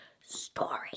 story